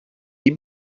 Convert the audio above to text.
die